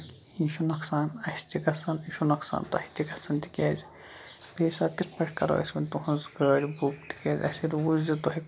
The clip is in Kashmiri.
یہِ چھُ نۄقصان اَسہِ تہِ گژھان یہِ چھُ نۄقصان تۄہہِ تہِ گژھان تِکیازِ بیٚیہِ ساتہٕ کِتھ پٲٹھۍ کرو أسۍ وۄنۍ تُہنز گٲڑۍ بُک تِکیازِ اَسہِ روٗز یہِ تۄہہِ